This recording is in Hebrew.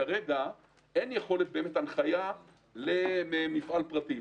כרגע אין יכולת לתת הנחיה למפעל פרטי,